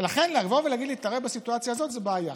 ולכן לבוא ולהתערב בסיטואציה הזאת זו בעיה.